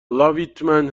لاویتمن